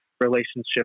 relationship